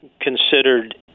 considered